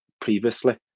previously